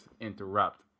interrupt